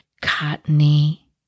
cottony